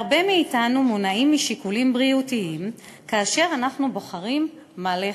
הרבה מאתנו מונעים משיקולים בריאותיים כאשר אנחנו בוחרים מה לאכול.